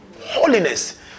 holiness